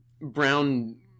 Brown